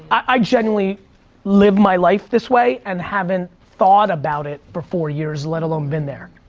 i genuinely live my life this way, and haven't thought about it for four years let alone been there.